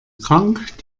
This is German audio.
krank